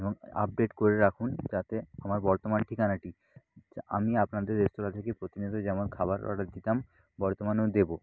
এবং আপডেট করে রাখুন যাতে আমার বর্তমান ঠিকানাটি আমি আপনাদের রেস্তোরাঁ থেকে প্রতিনিয়ত যেমন খাবার অর্ডার দিতাম বর্তমানেও দেবো